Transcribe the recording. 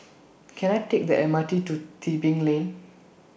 Can I Take The M R T to Tebing Lane